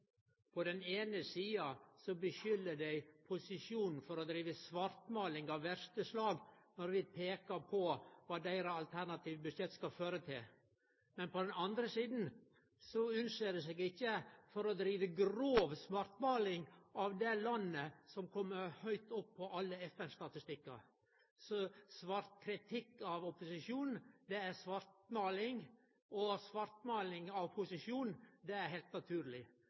På den eine sida skuldar dei posisjonen for å drive svartmåling av verste slag når vi peikar på kva deira alternative budsjett vil føre til, men på den andre sida unnser dei seg ikkje for å drive grov svartmåling av det landet som kjem så høgt opp på alle FN-statistikkar. Så kritikk av opposisjonen er svartmåling, og svartmåling av posisjonen er heilt naturleg.